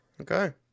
Okay